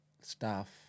staff